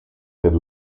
per